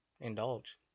Indulge